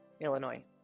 Illinois